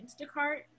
Instacart